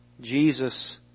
Jesus